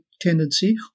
tendency